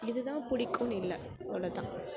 இது தான் பிடிக்குன்னு இல்லை அவ்வளோதான்